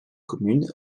commune